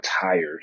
tired